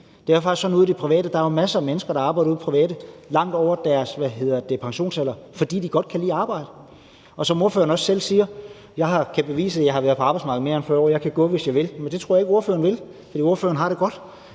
Der er masser af mennesker, der arbejder ude i det private langt over deres pensionsalder, fordi de godt kan lide at arbejde. Og som ordføreren også selv siger: Jeg kan bevise, at jeg har været på arbejdsmarkedet i mere end 40 år, og jeg kan gå, hvis jeg vil. Men det tror jeg ikke ordføreren vil, for ordføreren har det godt.